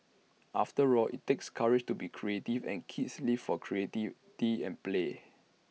after all IT takes courage to be creative and kids live for creativity and play